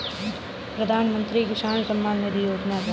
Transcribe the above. प्रधानमंत्री किसान सम्मान निधि योजना क्या है?